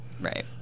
Right